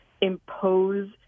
impose